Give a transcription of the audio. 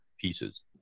pieces